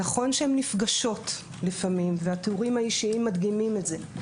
נכון שהן נפגשות לפעמים והתיאורים האישיים מדגימים את זה,